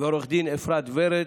ועו"ד אפרת ורד,